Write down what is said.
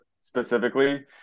specifically